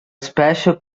special